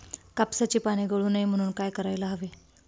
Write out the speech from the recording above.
कापसाची पाने गळू नये म्हणून काय करायला हवे?